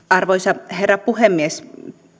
arvoisa herra puhemies